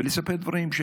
ולספר דברים.